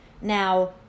Now